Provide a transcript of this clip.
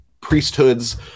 priesthoods